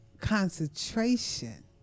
concentration